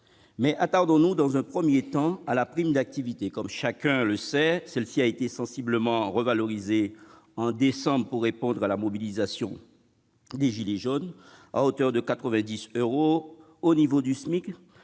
Attardons-nous dans un premier temps sur la prime d'activité. Comme chacun le sait, celle-ci a été sensiblement revalorisée en décembre dernier pour répondre à la mobilisation des « gilets jaunes », à hauteur de 90 euros au niveau du SMIC.